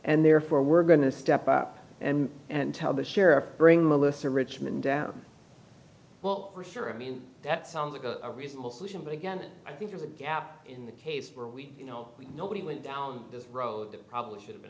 and therefore we're going to step up and tell the sheriff bring melissa richmond down well for sure i mean that sounds like a reasonable solution but again i think there's a gap in the case where we you know we nobody went down this road that probably should've been